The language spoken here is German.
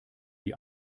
die